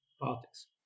politics